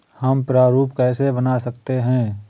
हम प्रारूप कैसे बना सकते हैं?